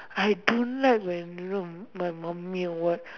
I don't like when you know my mummy or what